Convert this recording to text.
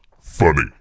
funny